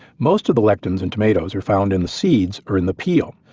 most of the lectins in tomatoes are found in the seeds or in the peel.